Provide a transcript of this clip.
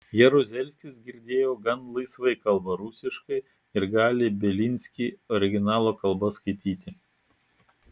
jaruzelskis girdėjau gan laisvai kalba rusiškai ir gali bielinskį originalo kalba skaityti